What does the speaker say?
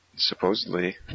Supposedly